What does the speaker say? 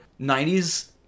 90s